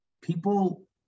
people